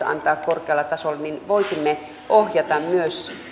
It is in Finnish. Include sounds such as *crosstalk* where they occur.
*unintelligible* antaa kielikoulutusta korkealla tasolla niin voisimme ohjata myös